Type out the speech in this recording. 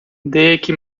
деякі